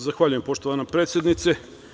Zahvaljujem poštovana predsednice.